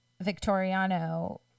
Victoriano